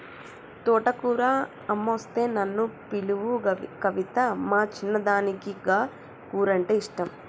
తోటకూర అమ్మొస్తే నన్ను పిలువు కవితా, మా చిన్నదానికి గా కూరంటే ఇష్టం